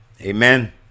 Amen